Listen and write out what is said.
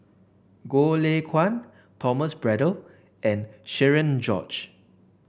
Goh Lay Kuan Thomas Braddell and Cherian George